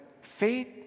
faith